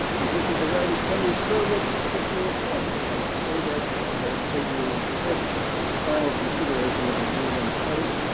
and the picture at the right is henry's favorite picture of fanny, and i say that as i say you unto this final consideration of a rule in the house,